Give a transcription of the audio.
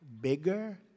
bigger